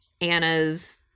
Anna's